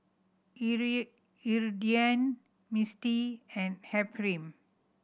Iridian Mistie and Ephram